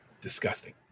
disgusting